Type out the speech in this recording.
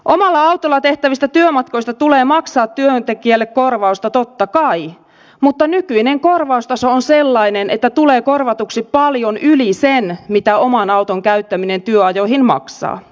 omalla autolla tehtävistä työmatkoista tulee maksaa työntekijälle korvausta totta kai mutta nykyinen korvaustaso on sellainen että tulee korvatuksi paljon yli sen mitä oman auton käyttäminen työajoihin maksaa